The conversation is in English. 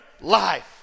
life